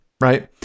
right